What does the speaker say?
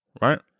right